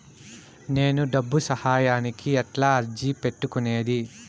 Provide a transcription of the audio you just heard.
నేను డబ్బు సహాయానికి ఎట్లా అర్జీ పెట్టుకునేది?